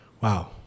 Wow